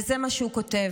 וזה מה שהוא כותב: